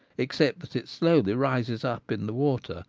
except that it slowly rises up in the water,